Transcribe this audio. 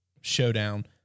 showdown